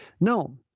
no